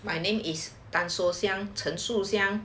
my name is tan so siang chen shu xiang